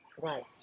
right